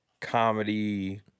comedy